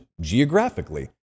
geographically